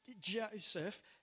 Joseph